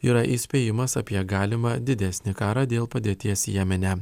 yra įspėjimas apie galimą didesnį karą dėl padėties jemene